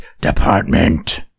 Department